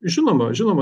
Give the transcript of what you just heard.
žinoma žinoma